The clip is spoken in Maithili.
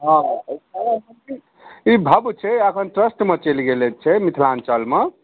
हँ ई भब्य छै एखन ट्रस्टमे चलि गेलै छै मिथिलाञ्चलमे